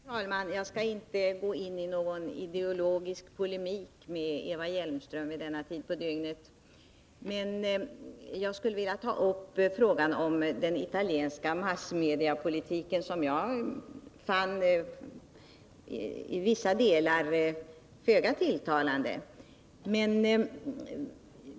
Fru talman! Jag skall inte gå in i någon ideologisk polemik med Eva Hjelmström vid denna tid på dygnet. Jag skulle vilja ta upp frågan om den italienska massmediepolitiken, som jag fann vara föga tilltalande i vissa delar.